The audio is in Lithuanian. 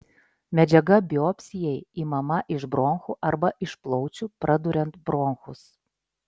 medžiaga biopsijai imama iš bronchų arba iš plaučių praduriant bronchus